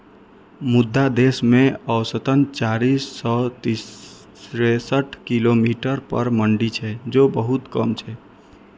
मुदा देश मे औसतन चारि सय तिरेसठ किलोमीटर पर मंडी छै, जे बहुत कम छै